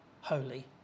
holy